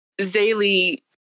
Zaylee